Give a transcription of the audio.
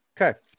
Okay